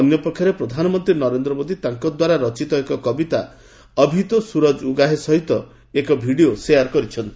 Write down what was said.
ଅନ୍ୟପକ୍ଷରେ ପ୍ରଧାନମନ୍ତ୍ରୀ ନରେନ୍ଦ୍ର ମୋଦି ତାଙ୍କଦ୍ୱାରା ରଚିତ ଏକ କବିତା 'ଅଭି ତୋ ସୂରକ୍ ଉଗା ହେ' ସହିତ ଏକ ଭିଡିଓ ଶେୟାର୍ କରିଛନ୍ତି